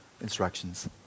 instructions